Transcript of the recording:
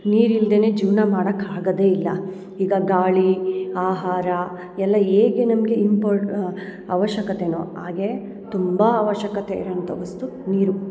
ನೀರು ಇಲ್ದೇನೆ ಜೀವನ ಮಾಡಕ್ಕೆ ಆಗದೆ ಇಲ್ಲ ಈಗ ಗಾಳಿ ಆಹಾರ ಎಲ್ಲ ಹೇಗೆ ನಮಗೆ ಇಂಪಾ ಆವಶ್ಯಕತೆನೋ ಹಾಗೆ ತುಂಬಾ ಆವಶ್ಯಕತೆ ಇರೋ ಅಂಥ ವಸ್ತು ನೀರು